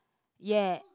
ya